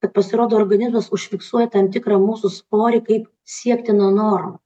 kad pasirodo organizmas užfiksuoja tam tikrą mūsų svorį kaip siektiną normą